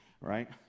right